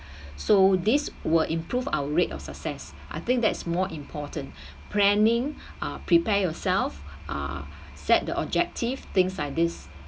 so this will improve our rate of success I think that is more important planning uh prepare yourself uh set the objective things like this